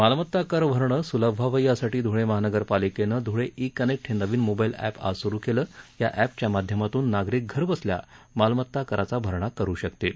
मालमत्ता कर भरणं सुलभ व्हावं यासाठी ध्रळे महापालिकेनं ध्रळे ई कनेक्ट हे नवीन मोबाईल अधिआज सुरु केलं या अख्या माध्यमातून नागरीक घरबसल्या मालमत्ता कराचा भरणा करु शकतील